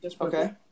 Okay